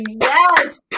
Yes